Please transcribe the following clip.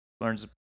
learns